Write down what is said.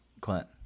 Clint